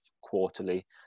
quarterly